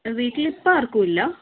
വീട്ടിലിപ്പം ആർക്കും ഇല്ല